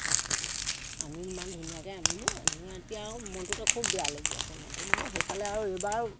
বস্তুবোৰ আনি ইমান ধুনীয়াকৈ আনিলোঁ আনি এতিয়া আৰু মনটোতে খুব বেয়া লাগি আছে মনটো মই বোলো সেইফালে আৰু এইবাৰ